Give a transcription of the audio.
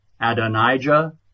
Adonijah